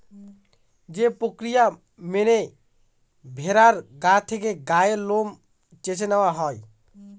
যে প্রক্রিয়া মেনে ভেড়ার গা থেকে গায়ের লোম চেঁছে নেওয়া হয়